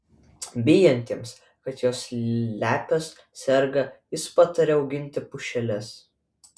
bijantiems kad jos lepios serga jis pataria auginti pušeles